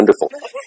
wonderful